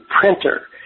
printer